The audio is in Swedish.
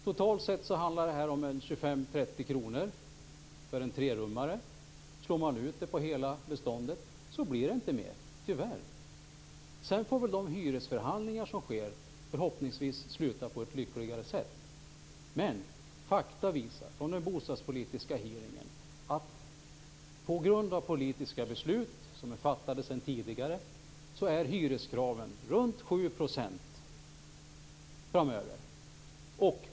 Totalt sett handlar det om 25-30 kr för en trerummare. Slår man ut det på hela beståndet blir det inte mer - tyvärr. Sedan kommer väl de hyresförhandlingar som sker förhoppningsvis att sluta på ett lyckligare sätt. Fakta från den bostadspolitiska hearingen visar att på grund av politiska beslut som är fattade sedan tidigare är hyreskraven runt 7 % framöver.